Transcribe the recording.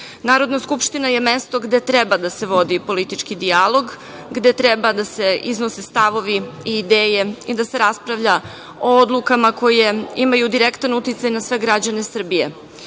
Srbiji. Narodna skupština je mesto gde treba da se vodi politički dijalog, gde treba da se iznose stavovi i ideje i da se raspravlja o odlukama koje imaju direktan uticaj na sve građane Srbije. Zbog